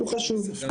היא חשובה.